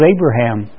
Abraham